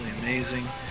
amazing